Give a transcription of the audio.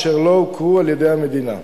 אשר לא הוכרו על-ידי המדינה.